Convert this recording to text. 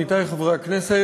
עמיתי חברי הכנסת,